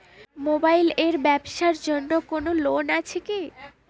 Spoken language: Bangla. মোবাইল এর ব্যাবসার জন্য কোন লোন আছে কি?